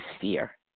fear